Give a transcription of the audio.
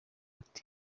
ati